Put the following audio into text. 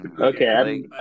Okay